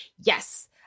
Yes